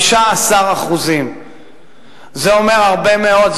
15%. זה אומר הרבה מאוד,